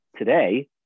today